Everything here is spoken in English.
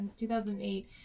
2008